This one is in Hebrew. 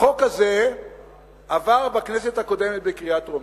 החוק הזה עבר בכנסת הקודמת בקריאה טרומית.